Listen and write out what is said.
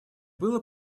было